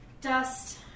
Dust